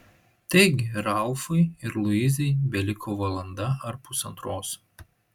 taigi ralfui ir luizai beliko valanda ar pusantros